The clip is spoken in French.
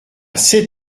sept